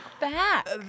back